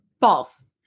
false